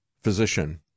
physician